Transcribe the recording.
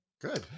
Good